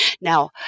Now